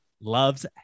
Love's